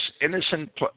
innocent